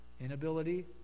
inability